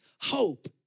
hope